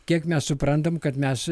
kiek mes suprantam kad mes